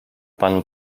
panu